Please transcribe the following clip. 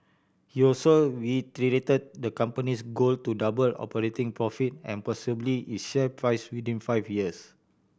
he also reiterated the company's goal to double operating profit and possibly its share price within five years